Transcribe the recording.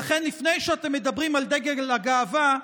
לכן לפני שאתם מדברים על דגל הגאווה,